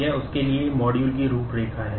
ये उसके लिए मॉड्यूल की रूपरेखा हैं